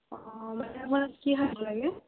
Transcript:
অঁ মানে মই কি শাক লাগে